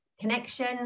connection